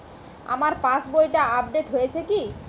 আমার পাশবইটা আপডেট হয়েছে কি?